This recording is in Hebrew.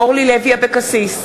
אורלי לוי אבקסיס,